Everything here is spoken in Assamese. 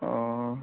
অঁ